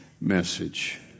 message